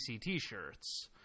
t-shirts